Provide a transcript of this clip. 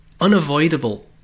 unavoidable